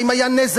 ואם היה נזק,